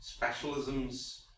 specialisms